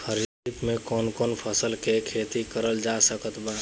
खरीफ मे कौन कौन फसल के खेती करल जा सकत बा?